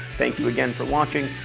thank you again for watching.